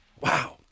Wow